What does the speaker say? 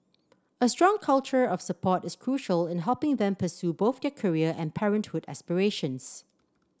a strong culture of support is crucial in helping them pursue both their career and parenthood aspirations